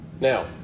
Now